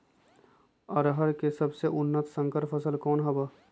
अरहर के सबसे उन्नत संकर फसल कौन हव?